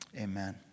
Amen